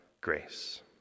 grace